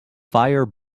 fire